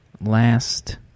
last